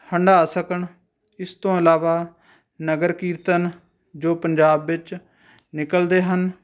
ਹੰਢਾ ਸਕਣ ਇਸ ਤੋਂ ਇਲਾਵਾ ਨਗਰ ਕੀਰਤਨ ਜੋ ਪੰਜਾਬ ਵਿੱਚ ਨਿਕਲਦੇ ਹਨ